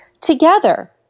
together